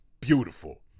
beautiful